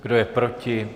Kdo je proti?